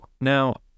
Now